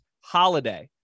holiday